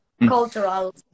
cultural